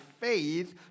faith